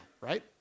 right